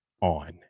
on